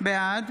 בעד